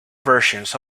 versions